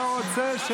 לא רוצה?